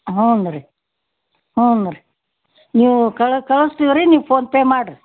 ಹ್ಞೂ ರೀ ಹ್ಞೂ ರೀ ನೀವು ಕಳ್ ಕಳಿಸ್ತೀವ್ ರೀ ನೀವು ಫೋನ್ಪೇ ಮಾಡಿರಿ